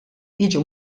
jiġu